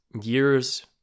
years